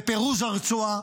לפירוז הרצועה,